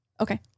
Okay